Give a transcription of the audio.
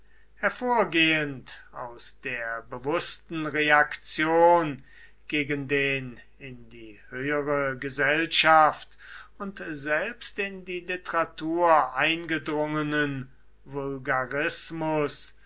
hervorgehend aus der bewußten reaktion gegen den in die höhere gesellschaft und selbst in die literatur eingedrungenen